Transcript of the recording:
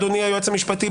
אדוני היועץ המשפטי,